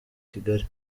kigali